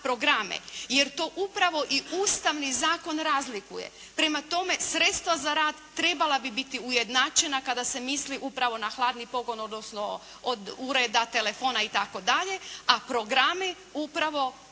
programe, jer to upravo i ustavni zakon razlikuje. Prema tome, sredstva za rad trebala bi biti ujednačena kada se misli upravo na hladni pogon, odnosno od ureda, telefona itd., a programi upravo